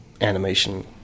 animation